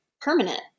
permanent